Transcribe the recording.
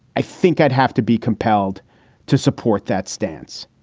i think i'd have to be compelled to support that stance.